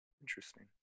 Interesting